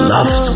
Love